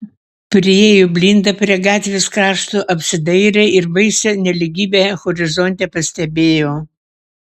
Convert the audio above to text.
priėjo blinda prie gatvės krašto apsidairė ir baisią nelygybę horizonte pastebėjo